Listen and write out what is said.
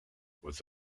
was